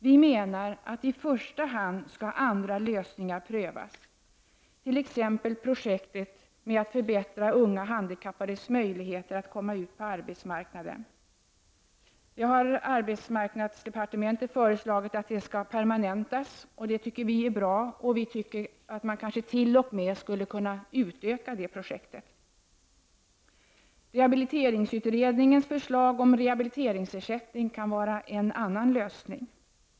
Vi menar att i första hand skall andra lösningar prövas, t.ex. projektet med att förbättra unga handikappades möjligheter att komma ut på arbetsmarknaden. Arbetsmarknadsdepartementet har föreslagit att detta skall permanentas och det tycker vi är bra. Projektet skulle t.o.m. kunna utökas. Rehabiliteringsutredningens förslag om s.k. rehabiliteringsersättning kan vara en annan lösning.